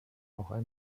auch